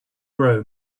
grow